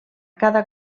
cada